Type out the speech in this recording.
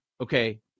okay